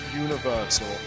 Universal